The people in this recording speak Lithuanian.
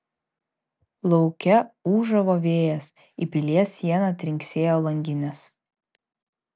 lauke ūžavo vėjas į pilies sieną trinksėjo langinės